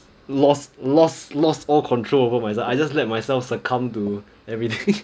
lost lost lost all control over myself I just let myself succumb to everything